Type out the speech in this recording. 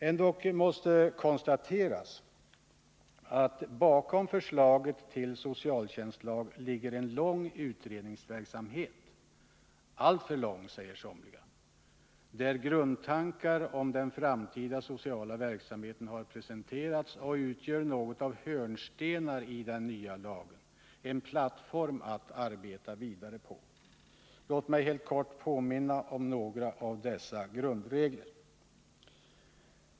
Ändock måste det konstateras att bakom förslaget till socialtjänstlag ligger en lång utredningsverksamhet — alltför lång, säger somliga — där grundtankar om den framtida sociala verksamheten har presenterats och utgör något av hörnstenar i den nya lagen, en plattform att arbeta vidare på. Låt mig helt kort påminna om några av dessa grundtankar.